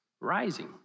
rising